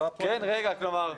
אבל כבר נבדק.